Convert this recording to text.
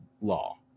law